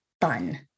fun